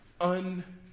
un-